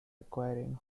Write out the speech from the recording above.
requiring